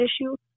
issue